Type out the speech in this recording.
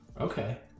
okay